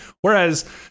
whereas